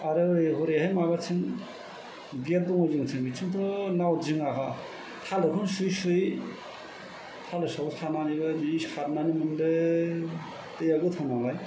आरो ओरै हरैहाय माबाथिं बिराद दङ जोंनिथिं बिथिंथ' नाव दिङा थालिरखौनो सुयै सुयै थालिर सायाव थानानैनो जे सारनानै मोनदों दैआ गोथौ नालाय